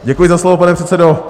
Děkuji za slovo, pane předsedo.